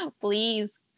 please